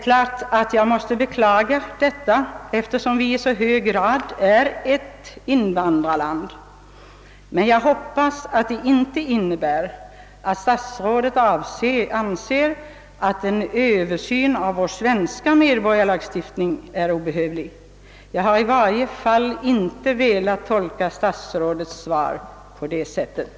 Jag måste givetvis beklaga detta, eftersom Sverige i så hög grad är ett invandrarland, men jag hoppas att det inte innebär att statsrådet anser att en Översyn av vår svenska medborgarskapslagstiftning är obehövlig. Jag har i varje fall inte velat tolka statsrådets svar på det sättet.